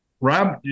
Rob